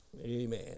Amen